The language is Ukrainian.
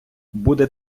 буде